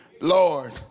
Lord